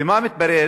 ומה מתברר?